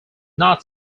not